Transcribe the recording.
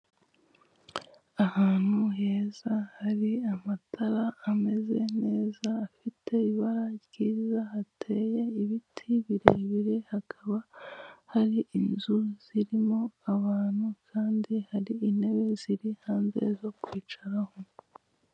Ahantu heza hari amatara hameze neza afite ibara ryiza, hateye ibiti birebire, hakaba hari inzu zirimo abantu kandi hari intebe ziri hanze zo kwicaraho.